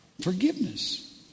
forgiveness